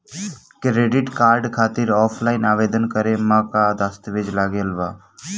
Credit card खातिर offline आवेदन करे म का का दस्तवेज लागत बा?